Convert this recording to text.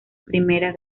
primera